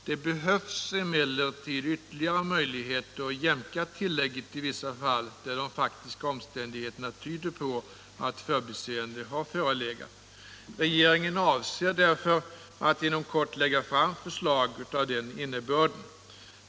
Det behövs emellertid ytterligare möjligheter att jämka tillägget i vissa fall där de faktiska omständigheterna tyder på att förbiseende har förelegat. Regeringen avser därför att inom kort lägga fram förslag av denna innebörd.